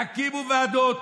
תקימו ועדות,